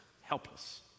helpless